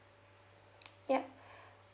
yup